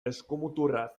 eskumuturraz